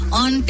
on